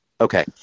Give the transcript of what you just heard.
Okay